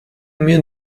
mir